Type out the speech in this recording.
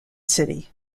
city